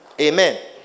Amen